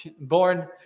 Born